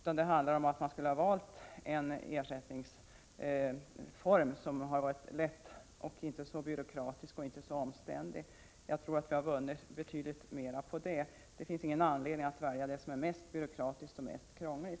Det handlar om att man skulle ha valt en ersättningsform som varit enklare, inte så byråkratisk och 17 omständlig. Jag tror att vi hade vunnit betydligt mer på det. Det finns ingen anledning att välja det som är mest byråkratiskt och mest krångligt.